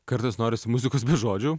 kartais norisi muzikos be žodžių